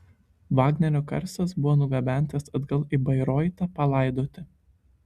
vagnerio karstas buvo nugabentas atgal į bairoitą palaidoti